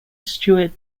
stuart